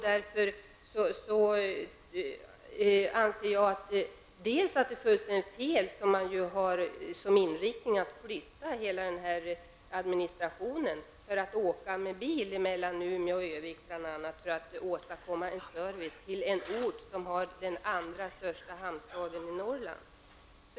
Därför anser jag att det är en fullständigt fel inriktning att flytta hela administrationen till Umeå, då man i stället får åka med bil mellan Örnsköldsvik och Umeå för att åstadkomma en service i den andra största hamnstaden i Norrland.